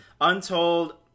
Untold